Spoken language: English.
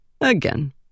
Again